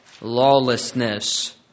lawlessness